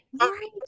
Right